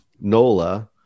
Nola